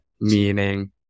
meaning